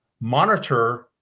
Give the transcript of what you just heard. monitor